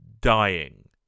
dying